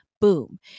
Boom